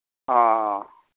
ꯑꯥ